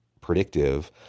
predictive